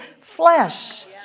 flesh